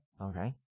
Okay